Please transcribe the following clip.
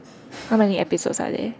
how many episodes are there